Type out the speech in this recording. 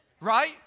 right